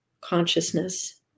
consciousness